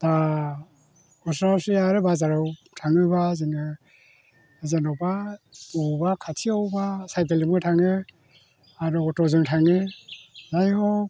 दा मोसा मोसि आरो बाजाराव थाङोबा जोङो जेनेबा अबावबा खाथियावबा साइकेलजोंबो थाङो आरो अट'जों थाङो जायहग